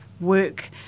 work